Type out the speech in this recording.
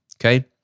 okay